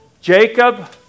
Jacob